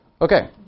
Okay